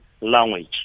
language